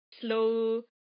slow